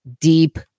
deep